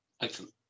excellent